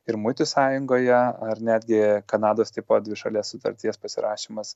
ir muitų sąjungoje ar netgi kanados tipo dvišalės sutarties pasirašymas